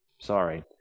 Sorry